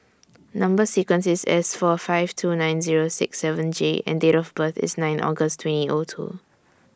Number sequence IS S four five two nine Zero six seven J and Date of birth IS nine August twenty O two